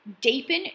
deepen